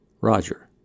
Roger